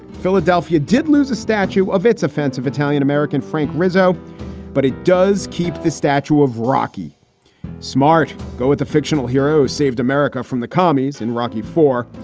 philadelphia did lose a statue of its offensive italian american frank rizzo but it does keep the statue of rocky smart go with the fictional hero saved america from the commies in rocky four.